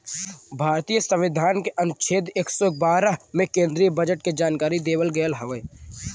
भारतीय संविधान के अनुच्छेद एक सौ बारह में केन्द्रीय बजट के जानकारी देवल गयल हउवे